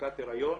הפסקת הריון